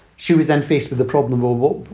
she was then faced with the problem of, well,